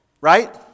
Right